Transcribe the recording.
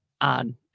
on